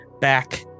back